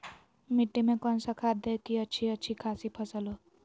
मिट्टी में कौन सा खाद दे की अच्छी अच्छी खासी फसल हो?